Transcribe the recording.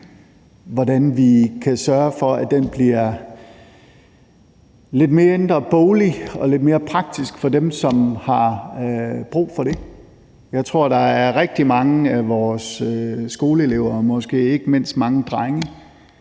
hvordan vi kan sørge for, at den bliver lidt mindre boglig og lidt mere praktisk for dem, som har brug for det. Jeg tror, der er rigtig mange af vores skoleelever og måske ikke mindst mange drenge,